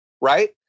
right